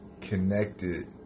connected